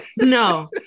No